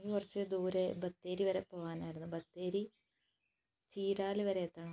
അങ്ങ് കുറച്ചു ദൂരെ ബത്തേരി വരെ പോകാനായിരുന്നു ബത്തേരി ചീരാള് വരെ എത്തണം